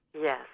Yes